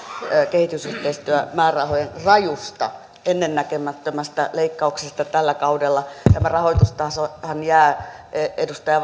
kehitysyhteistyömäärärahojen rajusta ennennäkemättömästä leikkauksesta tällä kaudella tämä rahoitustasohan jää edustaja